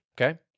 Okay